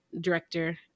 director